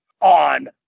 on